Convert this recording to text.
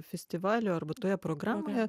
festivalio arba toje programoje